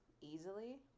easily